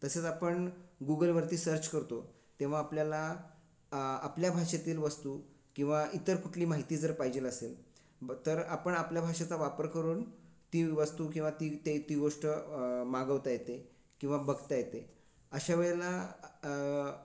तसेच आपण गुगलवरती सर्च करतो तेव्हा आपल्याला आपल्या भाषेतील वस्तू किंवा इतर कुठली माहिती जर पाहिजेल असेल ब तर आपण आपल्या भाषेचा वापर करून ती वस्तू किंवा ती ते ती गोष्ट मागवता येते किंवा बघता येते अशा वेळेला